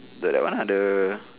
the that one ah the